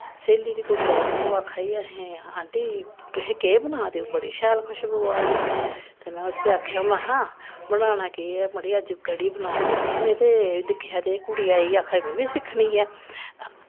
स्हेली दी कुड़ी आई ते ओह् आक्खन लगी कि आंटी तुस केह् बना दे ओ बड़ी शैल खुश्बू आवा दी ते में उसी आक्खेआ में हां बनाना केह् ऐ मड़ी अज्ज कढ़ी बनान लगी में दिक्खेआ ते आक्खन लगी में बी सिक्खनी ऐ